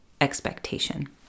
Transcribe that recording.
expectation